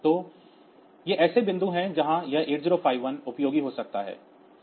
तो ये ऐसे बिंदु हैं जहां यह 8051 उपयोगी हो सकता है